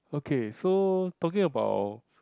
okay so talking about